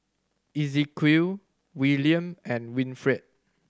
Ezequiel Willaim and Winfield